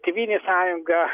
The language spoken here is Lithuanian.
tėvynės sąjunga